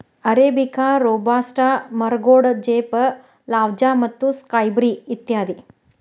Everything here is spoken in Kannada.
ಅರೇಬಿಕಾ, ರೋಬಸ್ಟಾ, ಮರಗೋಡಜೇಪ್, ಲವಾಜ್ಜಾ ಮತ್ತು ಸ್ಕೈಬರಿ ಇತ್ಯಾದಿ